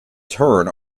turn